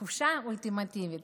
החופשה האולטימטיבית.